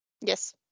Yes